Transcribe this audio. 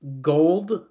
gold